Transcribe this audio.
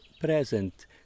present